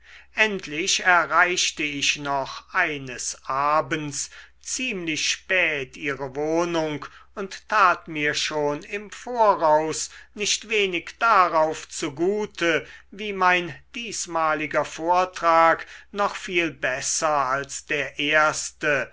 endlich erreichte ich noch eines abends ziemlich spät ihre wohnung und tat mir schon im voraus nicht wenig darauf zugute wie mein diesmaliger vortrag noch viel besser als der erste